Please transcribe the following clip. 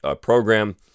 program